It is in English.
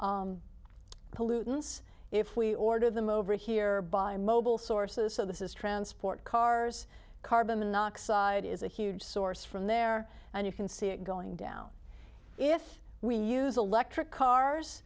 pollutants if we order them over here by mobile sources so this is transport cars carbon monoxide is a huge source from there and you can see it going down if we use electric cars